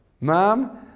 Mom